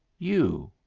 you!